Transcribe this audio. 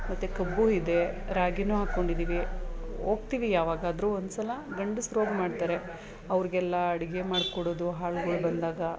ಮತ್ತು ಕಬ್ಬು ಇದೆ ರಾಗಿಯೂ ಹಾಕೊಂಡಿದ್ದೀವಿ ಹೋಗ್ತೀವಿ ಯಾವಾಗಾದರೂ ಒಂದ್ಸಲ ಗಂಡಸ್ರಿಗೆ ಮಾಡ್ತಾರೆ ಅವ್ರಿಗೆಲ್ಲ ಅಡುಗೆ ಮಾಡಿಕೊಡೋದು ಆಳ್ಗಳು ಬಂದಾಗ